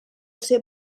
ser